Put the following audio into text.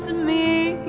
me